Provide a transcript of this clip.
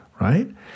right